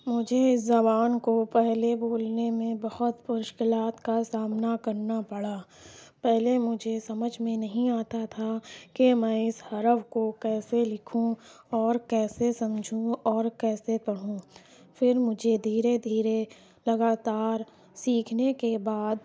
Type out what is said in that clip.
مجھے اس زبان کو پہلے بولنے میں بہت مشکلات کا سامنا کرنا پڑا پہلے مجھے سمجھ میں نہیں آتا تھا کہ میں اس حرف کو کیسے لکھوں اور کیسے سمجھوں اور کیسے پڑھوں پھر مجھے دھیرے دھیرے لگاتار سیکھنے کے بعد